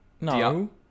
no